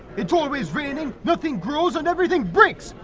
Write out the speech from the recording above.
it's always raining, nothing grows and everything breaks!